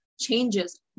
changes